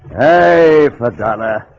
hey donna